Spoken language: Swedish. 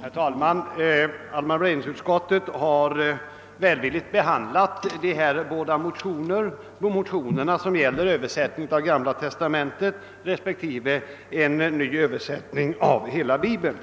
Herr talman! Allmänna beredningsutskottet har välvilligt behandlat de båda förevarande motionerna om öÖöversättning av Gamla testamentet respektive en ny översättning av hela Bibeln.